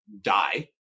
die